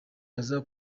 araza